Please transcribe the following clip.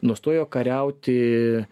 nustojo kariauti